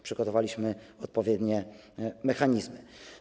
Przygotowaliśmy odpowiednie mechanizmy.